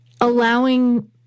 allowing